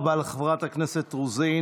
תודה רבה לחברת הכנסת רוזין.